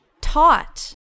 taught